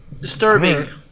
Disturbing